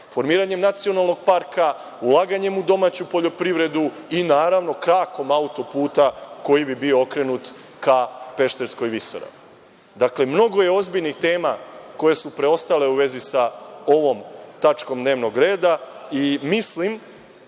formiranjem nacionalnog parka, ulaganjem u domaću poljoprivredu i, naravno, krakom auto-puta koji bi bio okrenut ka Pešterskoj visoravni. Dakle, mnogo je ozbiljnih tema koje su preostale u vezi sa ovom tačkom dnevnog reda i mislim